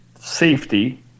safety